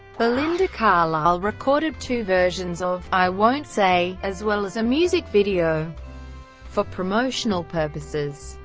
belinda carlisle recorded two versions of i won't say as well as a music video for promotional purposes.